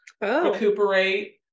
recuperate